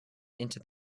into